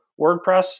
WordPress